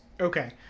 Okay